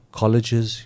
colleges